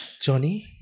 Johnny